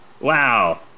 Wow